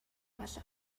болов